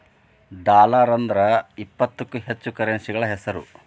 dollar ಅಂದ್ರ ಇಪ್ಪತ್ತಕ್ಕೂ ಹೆಚ್ಚ ಕರೆನ್ಸಿಗಳ ಹೆಸ್ರು